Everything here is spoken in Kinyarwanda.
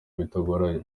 bitagoranye